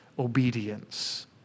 obedience